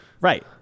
Right